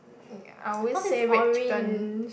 ya I always say red chicken